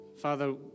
Father